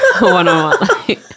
one-on-one